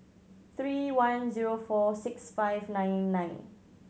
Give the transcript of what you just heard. three one zero four six five nine nine